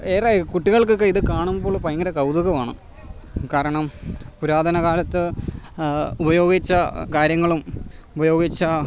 ഏറെ കുട്ടികൾക്കൊക്കെ ഇത് കാണുമ്പോൾ ഭയങ്കര കൗതുകമാണ് കാരണം പുരാതനകാലത്ത് ഉപയോഗിച്ച കാര്യങ്ങളും ഉപയോഗിച്ച